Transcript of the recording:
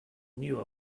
knew